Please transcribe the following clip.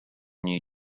new